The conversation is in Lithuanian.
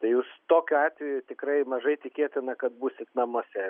tai jūs tokiu atveju tikrai mažai tikėtina kad būsit namuose